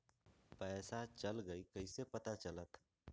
पैसा चल गयी कैसे पता चलत?